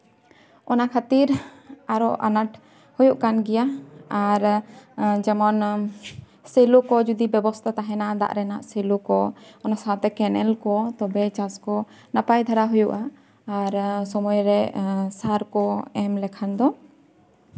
ᱚᱱᱟ ᱠᱷᱟᱹᱛᱤᱨ ᱟᱨᱚ ᱟᱱᱟᱴ ᱦᱩᱭᱩᱜ ᱠᱟᱱ ᱜᱮᱭᱟ ᱟᱨ ᱡᱮᱢᱚᱱ ᱥᱮᱞᱚ ᱠᱚ ᱡᱩᱫᱤ ᱵᱮᱵᱚᱥᱛᱷᱟ ᱛᱟᱦᱮᱸᱱᱟ ᱫᱟᱜ ᱨᱮᱱᱟᱜ ᱥᱮᱞᱚ ᱠᱚ ᱚᱱᱟ ᱥᱟᱶᱛᱮ ᱠᱮᱱᱮᱞ ᱠᱚ ᱛᱚᱵᱮ ᱪᱟᱥ ᱠᱚ ᱱᱟᱯᱟᱭ ᱫᱷᱟᱨᱟ ᱦᱩᱭᱩᱜᱼᱟ ᱟᱨ ᱥᱚᱢᱚᱭ ᱨᱮ ᱥᱟᱨ ᱠᱚ ᱮᱢ ᱞᱮᱠᱷᱟᱱ ᱫᱚ